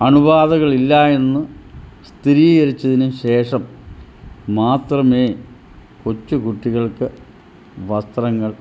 അണുബാധകളില്ലായെന്ന് സ്ഥിരീകരിച്ചതിനു ശേഷം മാത്രമേ കൊച്ചു കുട്ടികൾക്ക് വസ്ത്രങ്ങൾ